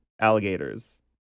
Alligators